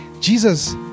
Jesus